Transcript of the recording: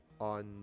on